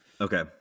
Okay